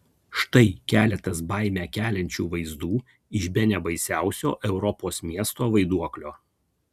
štai keletas baimę keliančių vaizdų iš bene baisiausio europos miesto vaiduoklio